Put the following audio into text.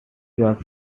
was